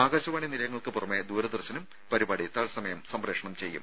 ആകാശവാണി നിലയങ്ങൾക്ക് പുറമെ ദൂരദർശനും പരിപാടി തൽസമയം സംപ്രേ ഷണം ചെയ്യും